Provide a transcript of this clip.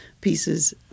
pieces